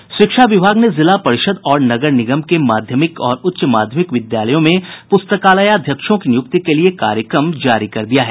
शिक्षा विभाग ने जिला परिषद और नगर निगम के माध्यमिक और उच्च माध्यमिक विद्यालयों में प्रस्तकालयाध्यक्षों की नियुक्ति के लिए कार्यक्रम जारी कर दिया है